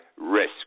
risk